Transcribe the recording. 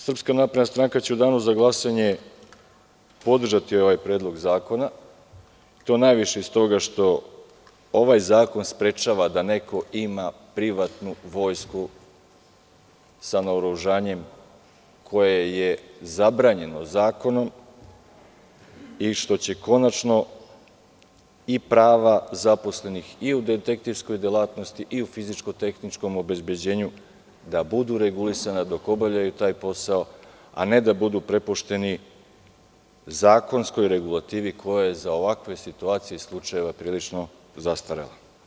Srpska napredna stranka će u Danu za glasanje podržati ovaj predlog zakona, najviše stoga što ovaj zakon sprečava da neko ima privatnu vojsku sa naoružanjem koje je zabranjeno zakonom i što će konačno i prava zaposlenih i u detektivskoj delatnosti i u fizičko-tehničkom obezbeđenju da budu regulisana dok obavljaju taj posao, a ne da budu prepušteni zakonskoj regulativi koja je za ovakve situacije i slučajeve prilično zastarela.